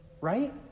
Right